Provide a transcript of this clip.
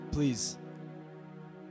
Please